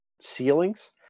ceilings